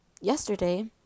yesterday